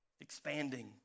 expanding